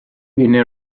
venne